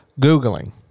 Googling